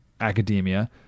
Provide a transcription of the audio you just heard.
academia